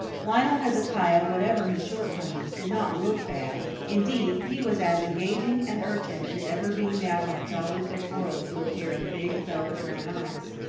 lionel hezekiah, whatever his shortcomings, did not look bad. indeed, he was as engaging an urchin as ever beamed out on a jolly good world through a pair of big, velvet-brown eyes.